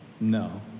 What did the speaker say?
no